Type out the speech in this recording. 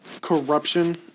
corruption